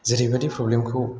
जेरैबादि प्रब्लेमखौ